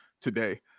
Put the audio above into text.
today